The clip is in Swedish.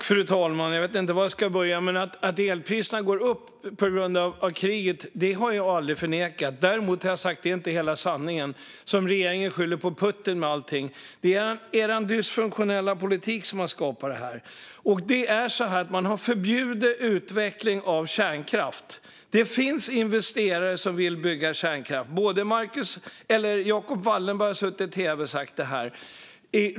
Fru talman! Jag vet inte var jag ska börja. Att elpriserna går upp på grund av kriget har jag aldrig förnekat. Däremot har jag sagt att det inte är hela sanningen. Regeringen skyller allting på Putin. Det är er dysfunktionella politik som har skapat det här, och det är så att ni har förbjudit utvecklingen av kärnkraft. Det finns investerare som vill bygga kärnkraft. Jacob Wallenberg har sagt det i tv.